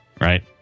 Right